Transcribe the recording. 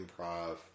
improv